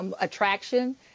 attraction